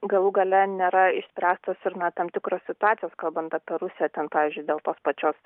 galų gale nėra išspręstos ir na tam tikros situacijos kalbant apie rusiją ten pavyzdžiui dėl tos pačios